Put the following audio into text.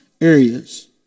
areas